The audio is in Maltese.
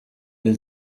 lil